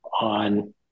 on